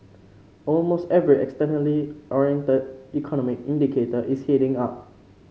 almost every externally oriented economic indicator is heading up